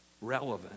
relevant